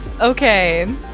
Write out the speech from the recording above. Okay